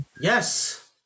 Yes